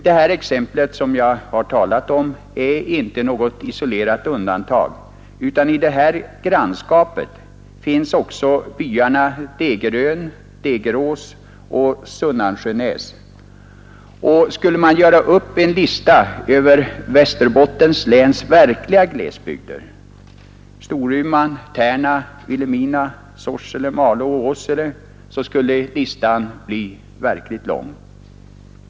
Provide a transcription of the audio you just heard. Det exempel jag här har talat om är inte något isolerat undantag, utan i detta grannskap finns också byarna Degerön, Degerås och Sunnansjönäs. Skulle man göra upp en lista över Västerbottens läns verkliga glesbygder — Storuman, Tärna, Vilhelmina, Sorsele, Malå och Åsele — skulle listan bli verkligt lång.